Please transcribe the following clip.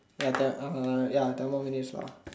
ya ten uh ya ten more minutes lah